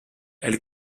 elle